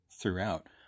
throughout